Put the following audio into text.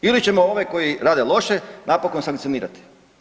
Ili ćemo ove koji rade loše napokon sankcionirati.